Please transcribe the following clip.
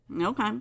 Okay